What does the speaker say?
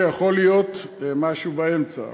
יכול להיות משהו באמצע,